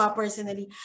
personally